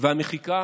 והמחיקה